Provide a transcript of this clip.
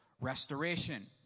restoration